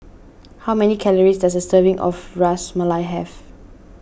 how many calories does a serving of Ras Malai have